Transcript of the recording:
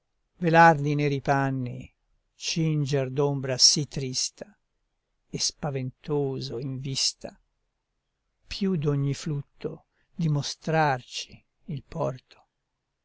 velar di neri panni cinger d'ombra sì trista e spaventoso in vista più d'ogni flutto dimostrarci il porto